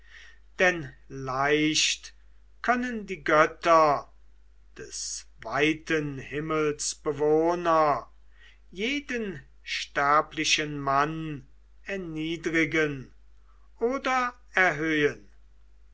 denn leicht können die götter des weiten himmels bewohner jeden sterblichen mann erniedrigen oder erhöhen